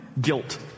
guilt